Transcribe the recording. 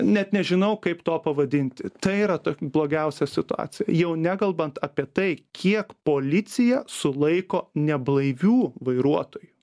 net nežinau kaip to pavadinti tai yra to blogiausia situacija jau nekalbant apie tai kiek policija sulaiko neblaivių vairuotojų